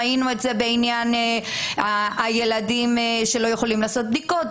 ראינו את זה בעניין הילדים שלא יכולים לעשות בדיקות,